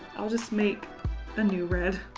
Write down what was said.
i'll just make a new red.